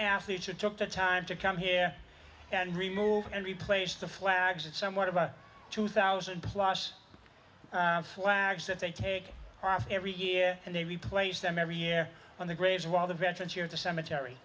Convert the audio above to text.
athletes who took the time to come here and remove and replace the flags and some what about two thousand plus flags that they take off every year and they replace them every year on the graves while the veterans here at the cemetery